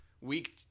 week